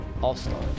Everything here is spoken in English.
all-star